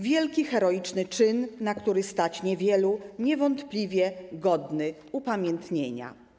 Wielki heroiczny czyn, na który stać niewielu, niewątpliwie godny upamiętnienia.